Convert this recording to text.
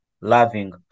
loving